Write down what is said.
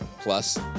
Plus